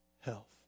health